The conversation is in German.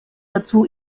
dazu